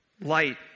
light